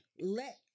let